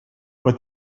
but